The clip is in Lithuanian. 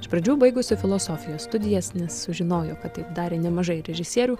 iš pradžių baigusi filosofijos studijas nes sužinojo kad taip darė nemažai režisierių